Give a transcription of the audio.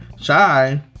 shy